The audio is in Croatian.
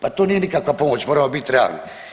Pa to nije nikakva pomoć, moramo biti realni.